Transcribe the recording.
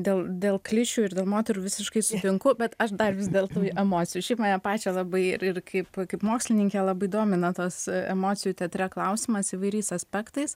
dėl dėl klišių ir dėl moterų visiškai sutinku bet aš dar vis dėl tų emocijų šiaip mane pačią labai ir ir kaip kaip mokslininkę labai domina tas emocijų teatre klausimas įvairiais aspektais